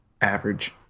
average